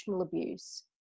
abuse